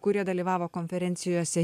kurie dalyvavo konferencijose